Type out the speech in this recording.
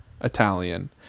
Italian